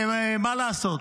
מה לעשות?